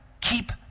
keep